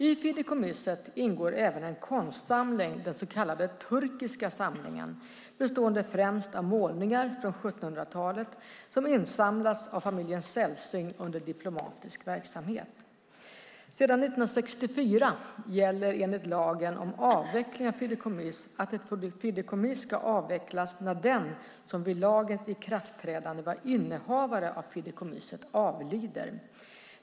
I fideikommisset ingår även en konstsamling, den så kallade turkiska samlingen, bestående främst av målningar från 1700-talet som insamlats av familjen Celsing under diplomatisk verksamhet. Sedan 1964 gäller enligt lagen om avveckling av fideikommiss att ett fideikommiss ska avvecklas när den som vid lagens ikraftträdande var innehavare av fideikommisset avlider.